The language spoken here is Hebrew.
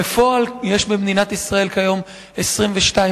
בפועל יש במדינת ישראל כיום 22,000,